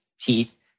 teeth